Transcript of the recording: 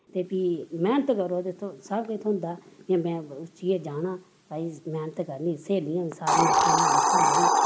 ते फ्ही मैह्नत करो ते सब किश थ्होंदा फ्ही मैं उट्ठियां जाना भाई मेह्नत करनी स्हेलियां बी आक्खन लगियां दिक्खां मड़ी